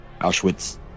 Auschwitz